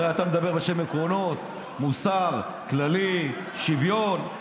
הרי אתה מדבר בשם עקרונות, מוסר כללי, שוויון.